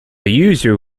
user